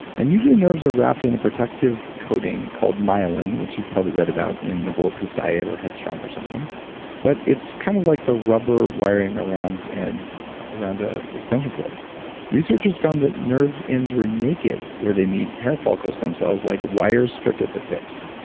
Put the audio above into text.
and usually nerves are wrapped in a protective coating called myelin, which you've probably read about in the bulletproof diet, or headstrong or something but it's kind of like the rubber wiring around and an ah extension cord research has found that nerve ends were naked where they meet hair follicle stem cells like wires stripped at the tips.